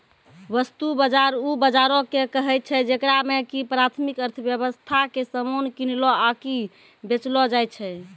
वस्तु बजार उ बजारो के कहै छै जेकरा मे कि प्राथमिक अर्थव्यबस्था के समान किनलो आकि बेचलो जाय छै